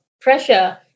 pressure